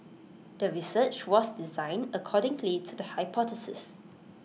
the research was designed accordingly to the hypothesis